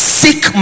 seek